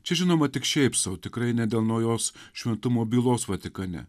čia žinoma tik šiaip sau tikrai ne dėl naujos šventumo bylos vatikane